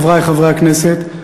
חברי חברי הכנסת,